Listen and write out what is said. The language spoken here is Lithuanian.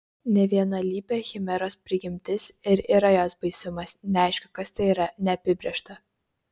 nevienalypė chimeros prigimtis ir yra jos baisumas neaišku kas tai yra neapibrėžta